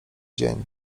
dzień